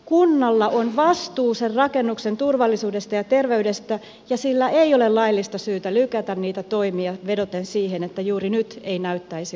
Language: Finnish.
kunnalla on vastuu sen rakennuksen turvallisuudesta ja terveydestä ja sillä ei ole laillista syytä lykätä niitä toimia vedoten siihen että juuri nyt ei näyttäisi olevan rahaa